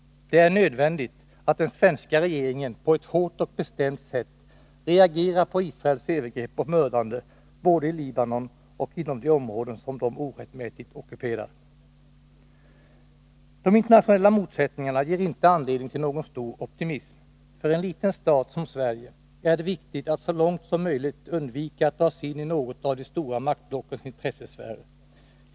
Det är nödvändigt att den svenska regeringen på ett hårt och bestämt sätt reagerar på Israels övergrepp och mördande, både i Libanon och inom de områden som de orättmätigt ockuperar. De internationella motsättningarna ger inte anledning till någon stor optimism. För en liten stat som Sverige är det viktigt att så långt som möjligt undvika att dras in i något av de stora maktblockens intressesfärer.